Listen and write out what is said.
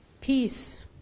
Peace